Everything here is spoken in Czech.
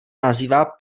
nazývá